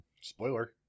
Spoiler